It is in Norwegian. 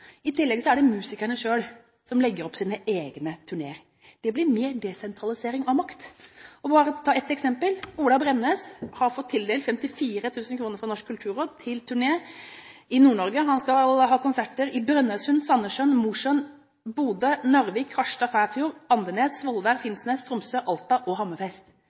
legger opp sine egne turneer. Det blir mer desentralisering av makt. Jeg vil bare ta ett eksempel: Ola Bremnes har fått tildelt 54 000 kr fra Norsk kulturråd til turné i Nord-Norge. Han skal ha konserter i Brønnøysund, Sandnessjøen, Mosjøen, Bodø, Narvik, Harstad, Kvæfjord, Andenes, Svolvær, Finnsnes, Tromsø, Alta og